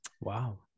Wow